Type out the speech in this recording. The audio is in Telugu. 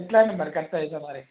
ఎట్లాండి మరి గట్లయితే మరి